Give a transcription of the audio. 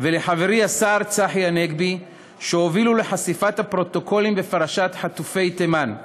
ולחברי השר צחי הנגבי שהובילו לחשיפת הפרוטוקולים בפרשת חטופי תימן.